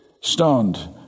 Stoned